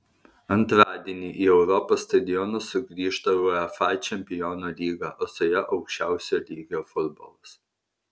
antradienį į europos stadionus sugrįžta uefa čempionų lyga o su ja aukščiausio lygio futbolas